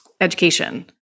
Education